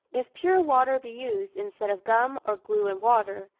if pure water be used, instead of gum or glue and water,